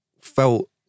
felt